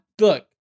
look